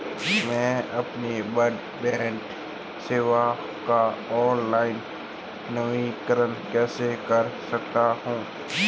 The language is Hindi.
मैं अपनी ब्रॉडबैंड सेवा का ऑनलाइन नवीनीकरण कैसे कर सकता हूं?